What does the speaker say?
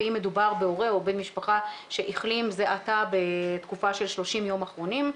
ואם מדובר בהורה או בן משפחה שהחלים זה עתה בתקופה של 30 יום אחרונים,